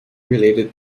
related